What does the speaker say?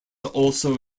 also